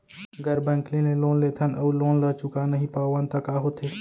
गैर बैंकिंग ले लोन लेथन अऊ लोन ल चुका नहीं पावन त का होथे?